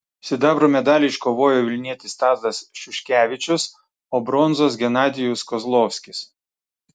sidabro medalį iškovojo vilnietis tadas šuškevičius o bronzos genadijus kozlovskis